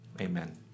amen